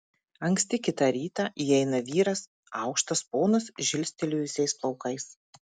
anksti kitą rytą įeina vyras aukštas ponas žilstelėjusiais plaukais